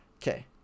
okay